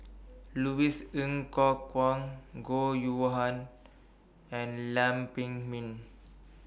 Louis Ng Kok Kwang Goh YOU Han and Lam Pin Min